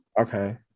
okay